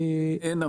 אין,